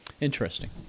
interesting